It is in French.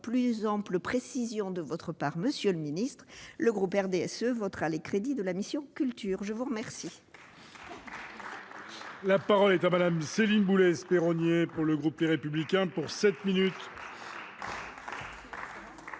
plus amples précisions de votre part, monsieur le ministre, le groupe RDSE votera les crédits de la mission « Culture ». La parole